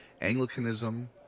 Anglicanism